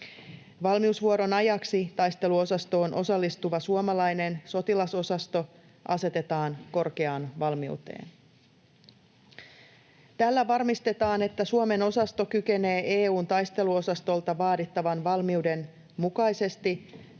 Valmiusvuoron ajaksi taisteluosastoon osallistuva suomalainen sotilasosasto asetetaan korkeaan valmiuteen. Tällä varmistetaan, että Suomen osasto kykenee EU:n taisteluosastolta vaadittavan valmiuden mukaisesti tarvittaessa